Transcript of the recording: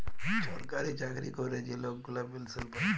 ছরকারি চাকরি ক্যরে যে লক গুলা পেলসল পায়